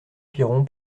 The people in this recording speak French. piron